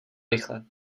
rychle